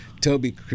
Toby